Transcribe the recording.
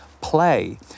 play